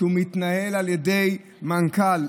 ושהוא מתנהל על ידי מנכ"ל?